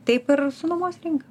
taip ir su nuomos rinka